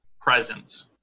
presence